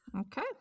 Okay